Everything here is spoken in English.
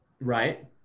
Right